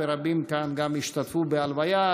ורבים כאן גם השתתפו בהלוויה,